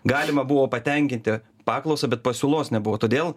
galima buvo patenkinti paklausą bet pasiūlos nebuvo todėl